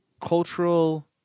cultural